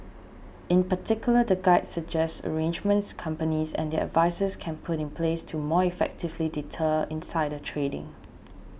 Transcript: in particular the guide suggests arrangements companies and their advisers can put in place to more effectively deter insider trading